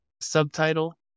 subtitle